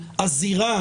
מהזירה